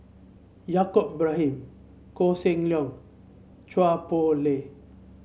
Yaacob Ibrahim Koh Seng Leong Chua Poh Leng